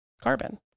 carbon